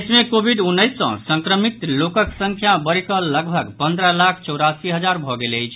देश मे कोविड उन्नैस सँ संक्रमित लोकक संख्या बढ़ि कऽ लगभग पन्द्रह लाख चौरासी हजार भऽ गेल अछि